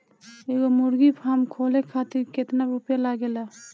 एगो मुर्गी फाम खोले खातिर केतना रुपया लागेला?